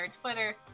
twitter